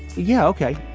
yeah ok.